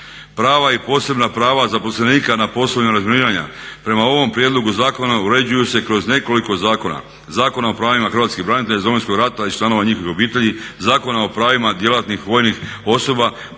Prava i posebna prava zaposlenika na poslovima razminiranja prema ovom prijedlogu zakona uređuju se kroz nekoliko zakona: Zakon o pravima hrvatskih branitelja iz Domovinskog rata i članova njihovih obitelji, Zakona o pravima djelatnih vojnih osoba,